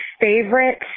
favorite